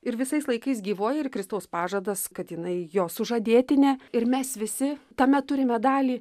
ir visais laikais gyvoji ir kristaus pažadas kad jinai jo sužadėtinė ir mes visi tame turime dalį